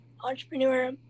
entrepreneur